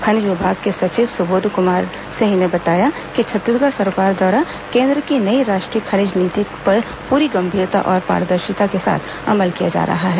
खनिज विभाग के सचिव सुबोध कुमार सिंह ने बताया कि छत्तीसगढ़ सरकार द्वारा केन्द्र की नई राष्ट्रीय खनिज नीति पर पूरी गंभीरता और पारदर्शिता के साथ अमल किया जा रहा है